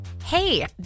Hey